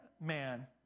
man